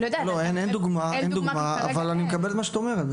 אין דוגמה, אבל אני מקבל את מה שאת אומרת.